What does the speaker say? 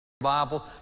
Bible